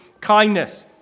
kindness